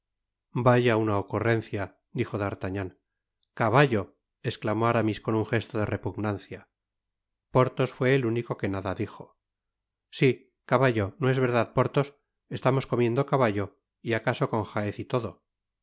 vaya una ocurrencia dijo d'artagnan cabatlo esclamó aramis con un gesto de repugnancia porthos fué el único que nada dijo si caballo no es verdad porthos estamos comiendo caballo y acaso con jaez y todo